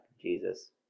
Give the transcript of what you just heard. Jesus